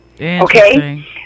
Okay